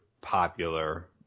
popular